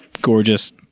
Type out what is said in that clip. gorgeous